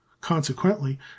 Consequently